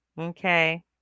okay